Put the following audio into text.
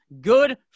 good